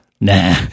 Nah